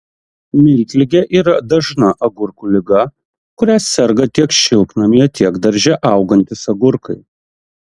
miltligė yra dažna agurkų liga kuria serga tiek šiltnamyje tiek darže augantys agurkai